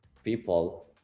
people